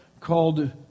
called